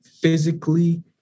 physically